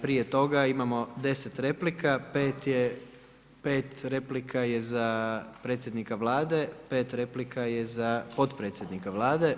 Prije toga imamo 10 replika, 5 replika je za predsjednika Vlade, 5 replika je za potpredsjednika Vlade.